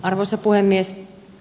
arvoisa puhemies